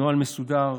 נוהל מסודר